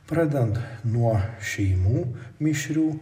pradent nuo šeimų mišrių